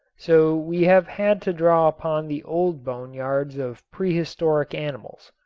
so we have had to draw upon the old bone-yards of prehistoric animals.